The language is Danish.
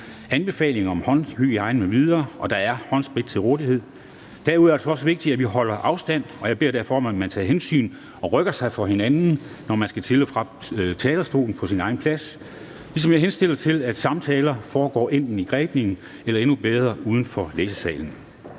anbefalinger om håndhygiejne m.v., og der er håndsprit til rådighed. Derudover er det også vigtigt, at vi holder afstand, og jeg beder derfor om, at man tager hensyn og giver plads for hinanden, når man skal til og fra talerstolen fra sin egen plads. Jeg henstiller også til, at samtaler enten foregår i Grebningen eller endnu bedre i medlemmernes læsesal.